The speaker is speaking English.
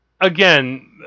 Again